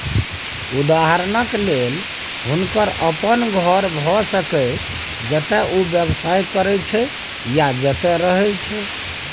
उदहारणक लेल हुनकर अपन घर भए सकैए जतय ओ व्यवसाय करैत छै या जतय रहय छै